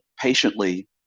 patiently